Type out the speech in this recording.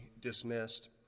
dismissed